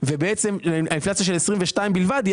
ובעצם האינפלציה של 22' בלבד,